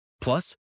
Plus